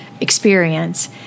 experience